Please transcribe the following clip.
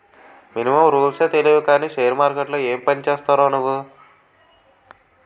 Minimum రూల్సే తెలియవు కానీ షేర్ మార్కెట్లో ఏం పనిచేస్తావురా నువ్వు?